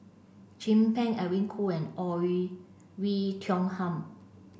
Chin Peng Edwin Koo and Oei Tiong Ham